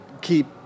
keep